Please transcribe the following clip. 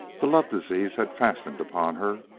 the love-disease had fastened upon her,